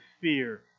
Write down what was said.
fear